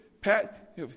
Pat